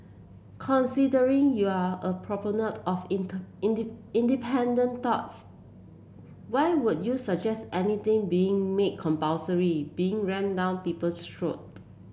considering you're a proponent of independent thoughts why would you suggest anything being made compulsory being rammed down people's throat